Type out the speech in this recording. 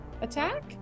Attack